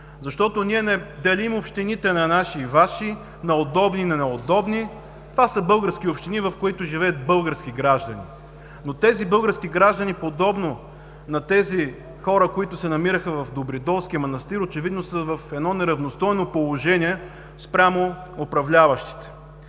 Защото ние не делим общините на „наши“ и „ваши“, на удобни и неудобни. Това са български общини, в които живеят български граждани. Но тези български граждани, подобно на тези хора, които се намираха в Добридолския манастир, очевидно са в едно неравностойно положение спрямо управляващите.